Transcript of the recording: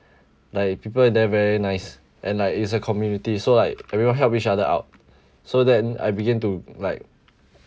like people in there very nice and like it's a community so like everyone help each other out so then I begin to like